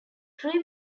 tree